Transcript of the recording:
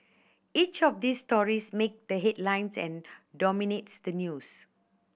each of these stories make the headlines and dominates the news